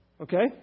Okay